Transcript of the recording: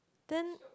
then